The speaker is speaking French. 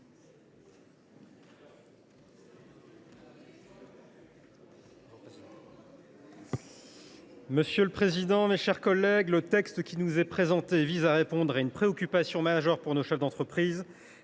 Monsieur le président, mes chers collègues, le texte qui nous est présenté vise à répondre à une préoccupation majeure pour nos chefs d’entreprise